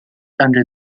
under